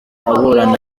aburana